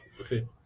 okay